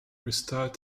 restored